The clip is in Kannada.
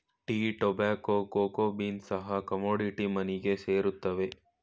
ಟೀ, ಟೊಬ್ಯಾಕ್ಕೋ, ಕೋಕೋ ಬೀನ್ಸ್ ಸಹ ಕಮೋಡಿಟಿ ಮನಿಗೆ ಸೇರುತ್ತವೆ